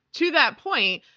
to that point,